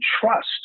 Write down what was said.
trust